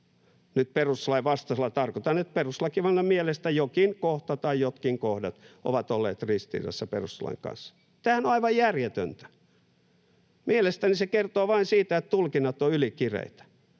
Nyt perustuslain vastaisella tarkoitan, että perustuslakivaliokunnan mielestä jokin kohta tai jotkin kohdat ovat olleet ristiriidassa perustuslain kanssa. Tämähän on aivan järjetöntä. Mielestäni se kertoo vain siitä, että tulkinnat ovat ylikireitä.